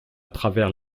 travers